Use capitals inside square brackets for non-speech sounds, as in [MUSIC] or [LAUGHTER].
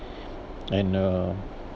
[BREATH] and uh